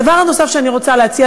הדבר הנוסף שאני רוצה להציע,